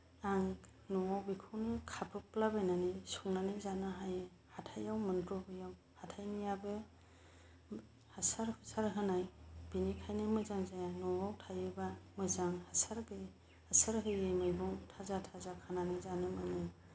आं न'आव बेखौनो खाब्रबलाबायनानै संनानै जानो हायो हाथायाव मोनग'हैयैआव हाथायनियाबो हासार हुसार होनाय बेनिखायनो मोजां जाया न'आव थायोबा मोजां हासार गैयि हासार होयि मैगं थाजा थाजा खानानै जानो मोनो